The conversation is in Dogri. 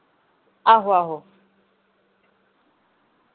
आहो आहो